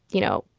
you know,